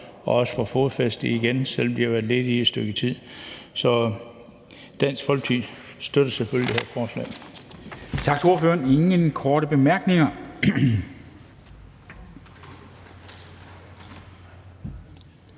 og også få fodfæste igen, selv om de har været ledige i et stykke tid. Dansk Folkeparti støtter selvfølgelig det her forslag.